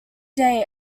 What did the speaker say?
day